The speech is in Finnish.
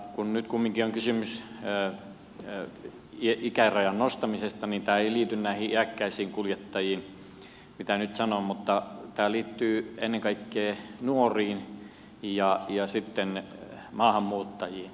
kun nyt kumminkin on kysymys ikärajan nostamisesta niin tämä ei liity näihin iäkkäisiin kuljettajiin mitä nyt sanon mutta tämä liittyy ennen kaikkea nuoriin ja sitten maahanmuuttajiin